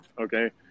okay